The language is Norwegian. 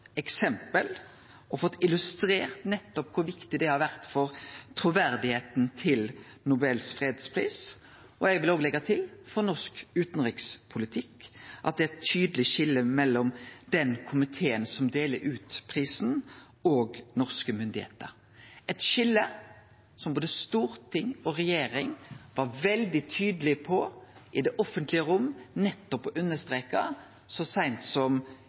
eksempel på og fått illustrert nettopp kor viktig det har vore for truverdet til Nobels fredspris – og eg vil leggje til, for norsk utanrikspolitikk – at det er eit tydeleg skilje mellom komiteen som deler ut prisen, og norske myndigheiter, eit skilje som både storting og regjering i det offentlege rom var veldig tydelege på nettopp å streke under så seint som